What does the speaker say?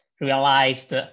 realized